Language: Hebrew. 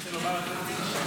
בסדר גמור, בסדר גמור.